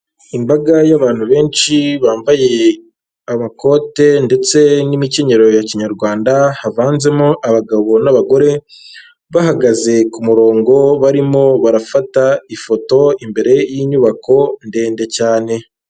Imbaga y'abantu benshi bambaye amakote ndetse n'imikenyerero ya Kinyarwanda havanzemo abagabo n'abagore, bahagaze ku murongo barimo barafata ifoto imbere y'inyubako ndende cyane.